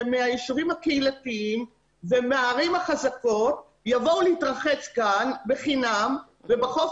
מהישובים הקהילתיים מהערים החזקות יבואו להתרחץ כאן בחינם ולחוף